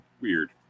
weird